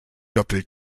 doppel